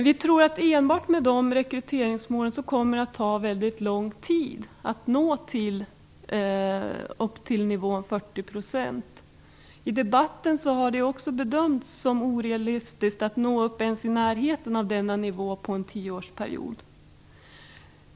Vi tror att det enbart med de rekryteringsmål som föreslagits kommer att ta väldigt lång tid att nå upp till nivån 40 %. I debatten har det också bedömts som orealistiskt att ens nå i närheten av denna nivå under en tioårsperiod.